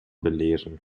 belehren